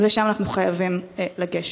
ולשם אנחנו חייבים לגשת.